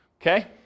Okay